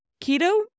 keto